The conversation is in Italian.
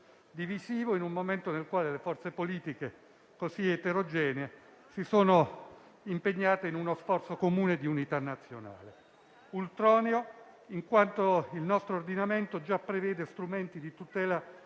divisivo in un momento nel quale forze politiche così eterogenee sono impegnate in uno sforzo comune di unità nazionale; ultroneo in quanto il nostro ordinamento già prevede strumenti di tutela